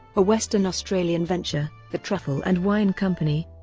a western australian venture, the truffle and wine company,